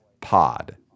Pod